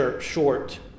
short